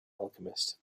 alchemist